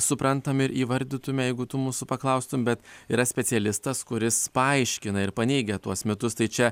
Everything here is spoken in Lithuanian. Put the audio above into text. suprantame ir įvardytume jeigu tu mūsų paklaustum bet yra specialistas kuris paaiškina ir paneigia tuos mitus tai čia